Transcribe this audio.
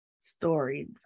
stories